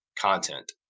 content